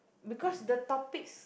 because the topics